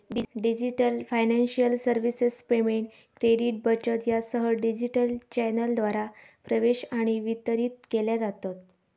digital financial services payment, credit, बचत यासह digital चॅनेलद्वारा प्रवेश आणि वितरित केल्या जातत